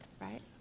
right